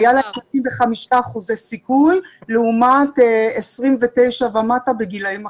היה להם --- וחמישה אחוזי סיכוי לעומת 29% ומטה בגילאים אחרים.